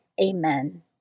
Amen